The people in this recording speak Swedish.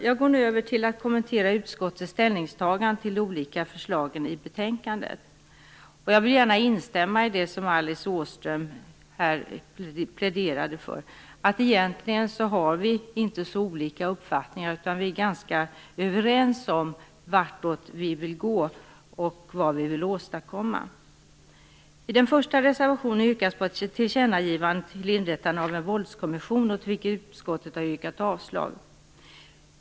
Jag går nu över till att kommentera utskottets ställningstagande till de olika förslagen i betänkandet. Jag instämmer gärna i det som Alice Åström här pläderade för, nämligen att vi egentligen inte har så olika uppfattningar. I stället är vi ganska överens om vartåt vi vill gå och om vad vi vill åstadkomma. I reservation nr 1 yrkar man på ett tillkännagivande om inrättandet av en våldskommission. Uskottet yrkar avslag.